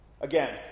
Again